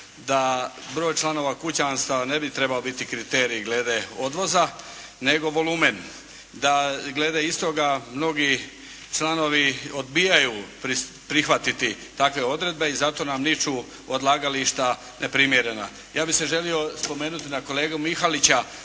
da broj članova kućanstva ne bi trebao biti kriterij glede odvoza, nego volumen. Da glede istoga mnogi članovi odbijaju prihvatiti takve odredbe i zato nam niču odlagališta neprimjerena. Ja bih se želio spomenuti na kolegu Mihalića